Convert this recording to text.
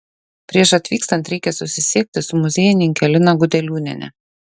prieš atvykstant reikia susisiekti su muziejininke lina gudeliūniene